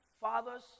fathers